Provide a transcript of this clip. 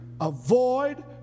avoid